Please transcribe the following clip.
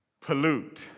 pollute